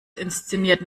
inszenierten